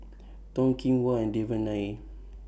Toh Kim Hwa and Devan Nair